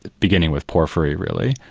beginning with porphyry really,